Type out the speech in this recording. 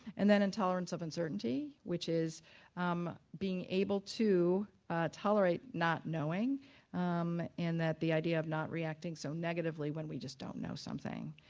and then intolerance of uncertainty which is um being able to tolerate not knowing and that the idea of not reacting so negatively when we just don't know something.